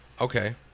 Okay